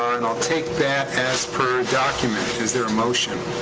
ah and i'll take that as per document. is there a motion?